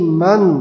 man